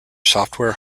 software